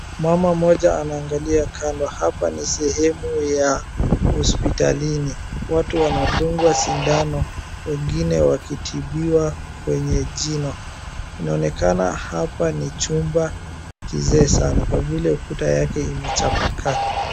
Mama mmoja anaangalia kando. Hapa ni sehemu ya hospitalini. Watu wanadungwa sindano, wengine wakitibiwa kwenye jino. Inaonekana hapa ni chumba kizee sana, kwa vile ukuta yake imechapakaa.